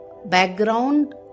background